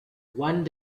one